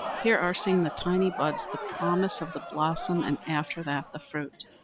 here are seen the tiny buds, the promise of the blossom, and after that the fruit.